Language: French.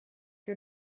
que